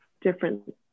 different